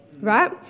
right